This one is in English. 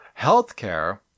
Healthcare